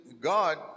God